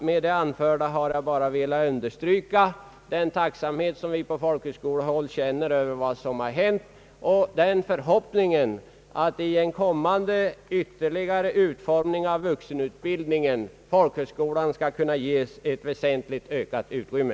Med det anförda önskar jag understryka den tacksamhet som vi på folkhögskolehåll känner över vad som hänt och uttrycka en förhoppning att folkhögskolan vid en kommande ytterligare utbyggnad av vuxenutbildningen skall ges ett väsentligt ökat utrymme.